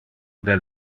del